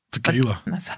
Tequila